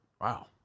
Wow